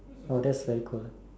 oh that's very cool